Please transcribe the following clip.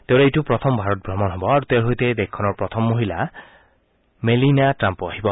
তেওঁৰ এইটো প্ৰথম ভাৰত ভ্ৰমণ হ'ব আৰু তেওঁৰ সৈতে প্ৰথম মহিলা মীলিনিয়া টাম্পো আহিব